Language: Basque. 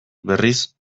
berriz